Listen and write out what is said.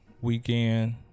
weekend